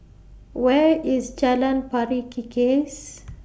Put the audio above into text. Where IS Jalan Pari Kikis